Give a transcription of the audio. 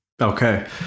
Okay